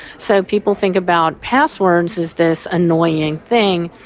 so people think about passwords as this annoying thing.